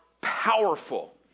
powerful